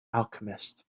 alchemist